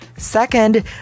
second